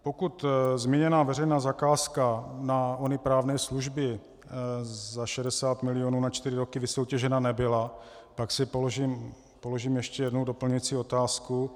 Pokud zmíněná veřejná zakázka na ony právní služby za 60 milionů na čtyři roky vysoutěžena nebyla, pak si položím ještě jednu doplňující otázku.